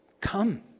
Come